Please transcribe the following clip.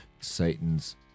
Satan's